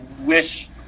wish